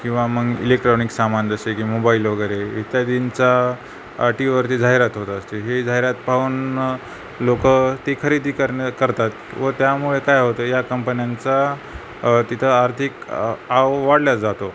किंवा मग इलेक्ट्रॉनिक सामान जसे की मोबाईलवगैरे इत्यादींच्या टी वीवरती जाहिरात होत असते हे जाहिरात पाहून लोकं ते खरेदी करण्या करतात व त्यामुळे काय होतं या कंपन्यांचा तिथं आर्थिक आवक वाढल्या जातो